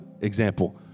Example